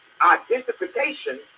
identification